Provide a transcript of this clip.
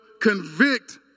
convict